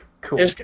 Cool